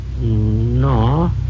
No